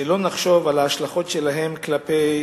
שלא נחשוב על ההשלכות שלהן כלפי